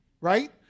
Right